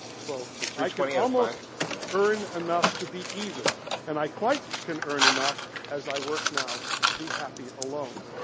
quote, i can almost earn enough to be even and i quite can earn enough as i work now to be happy alone.